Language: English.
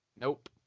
Nope